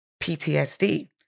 PTSD